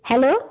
hello